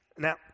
Now